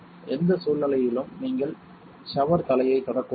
எந்த சூழ்நிலையிலும் நீங்கள் ஷவர் தலையைத் தொடக்கூடாது